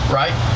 right